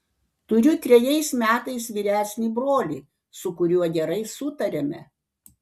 turiu trejais metais vyresnį brolį su kuriuo gerai sutariame